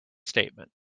statement